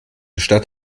stadt